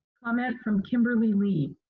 comment from kimberly lee.